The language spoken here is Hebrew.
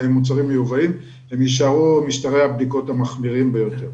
מיובאים יישארו משטרי הבדיקות המחמירים ביותר.